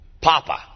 Papa